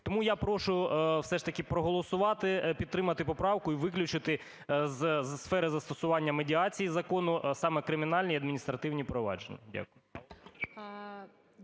Тому я прошу все ж таки проголосувати, підтримати поправку - і виключити зі сфери застосування медіації закону саме кримінальні і адміністративні провадження. Дякую.